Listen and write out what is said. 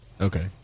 Okay